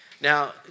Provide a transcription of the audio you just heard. Now